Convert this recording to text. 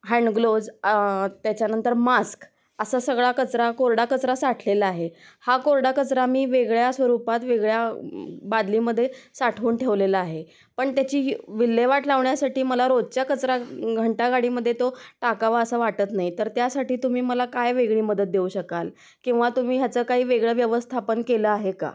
hand gloves त्याच्यानंतर mask असा सगळा कचरा कोरडा कचरा साठलेला आहे हा कोरडा कचरा मी वेगळ्या स्वरूपात वेगळ्या बादलीमध्ये साठवून ठेवलेला आहे पण त्याची विल्हेवाट लावण्यासाठी मला रोजच्या कचरा घंटा गाडीमध्ये तो टाकावा असा वाटत नाही तर त्यासाठी तुम्ही मला काय वेगळी मदत देऊ शकाल किंवा तुम्ही ह्याचं काही वेगळं व्यवस्थापन केलं आहे का